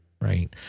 Right